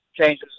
changes